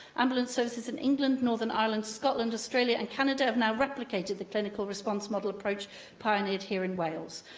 ambulance services in england, northern ireland, scotland, australia and canada have now replicated the clinical response model approach pioneered here in wales.